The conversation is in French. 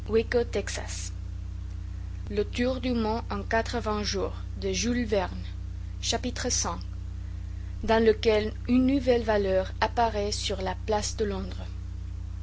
brûle à votre compte v dans lequel une nouvelle valeur apparaît sur la place de londres